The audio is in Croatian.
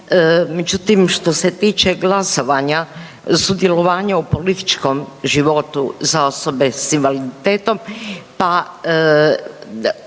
međutim što se tiče glasovanja, sudjelovanja u političkom životu za osobe s invaliditetom pa